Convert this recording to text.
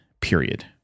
period